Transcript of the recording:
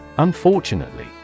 Unfortunately